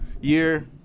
year